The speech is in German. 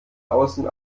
außen